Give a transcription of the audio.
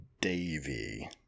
Davy